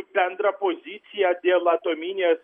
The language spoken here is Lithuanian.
bendrą poziciją dėl atominės